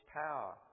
power